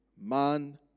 man